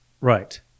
Right